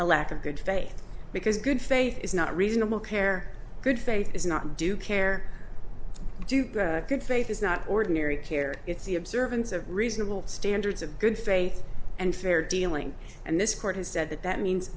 a lack of good faith because good faith is not reasonable care good faith is not do care do good faith is not ordinary care it's the observance of reasonable standards of good faith and fair dealing and this court has said that that means